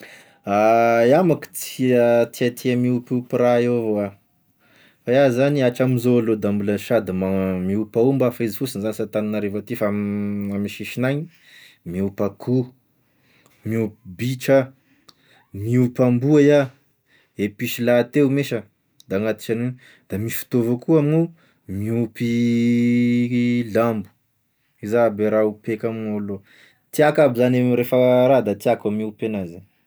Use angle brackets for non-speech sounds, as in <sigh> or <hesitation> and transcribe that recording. <hesitation> Iaho manko tià- tiàtià miompiompy raha io avao a, iaho zany atramzao aloha da mbola sady ma- miompy aomby a, f'izy fosiny zany sy Antananarivo aty fa am- <hesitation> ame sisign'agny, miompy akoho, miompy bitro a, miompy amboa iah, e piso lahateo me sha, da agnatisany, da misy fotoa avao koa iaho amign'ao niompy <hesitation> lambo, zao aby raha iompiko amin'io alo, tiàko aby zany refa raha da tiàko gny miompy an'azy.